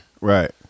Right